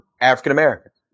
African-Americans